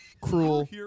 Cruel